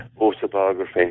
autobiography